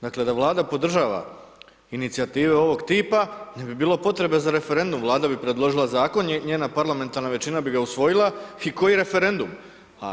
Dakle da Vlada podržava inicijative ovog tipa, ne bi bilo potrebe za referendumom, Vlada bi predložila zakona, njena parlamentarna većina bi ga usvojila i koji referendum.